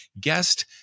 guest